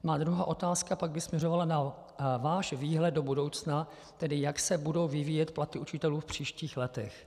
Má druhá otázka by pak směřovala na váš výhled do budoucna, tedy jak se budou vyvíjet platy učitelů v příštích letech.